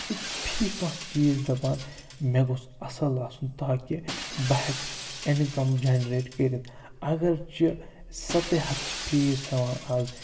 یہِ چھِ فی کانٛہہ چیٖز دَپان مےٚ گوٚژھ اَصٕل آسُن تاکہِ بہٕ ہٮ۪کہٕ اِنکَم جَنریٹ کٔرِتھ اگر چھِ سَتَے ہتھ چھِ فیٖس ہٮ۪وان آز